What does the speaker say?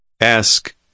Ask